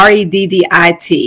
Reddit